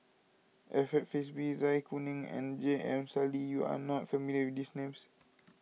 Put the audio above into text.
Alfred Frisby Zai Kuning and J M Sali you are not familiar with these names